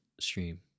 stream